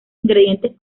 ingredientes